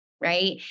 Right